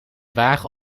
wagen